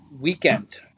weekend